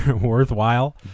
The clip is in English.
Worthwhile